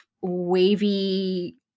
wavy